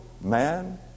man